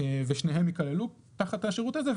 ושניהם יכללו תחת השירות הזה.